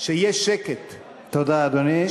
שיהיה שקט, תודה, אדוני.